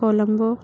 Colombo